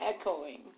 echoing